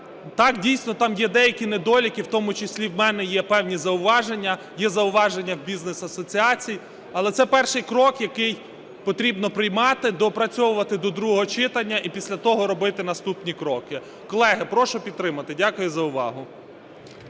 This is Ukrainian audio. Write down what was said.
Так, дійсно там є деякі недоліки, в тому числі в мене є певні зауваження, є зауваження бізнес-асоціацій. Але це перший крок, який потрібно приймати, доопрацьовувати до другого читання і після того робити наступні кроки. Колеги, прошу підтримати. Дякую за увагу.